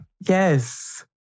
Yes